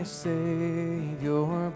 savior